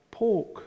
pork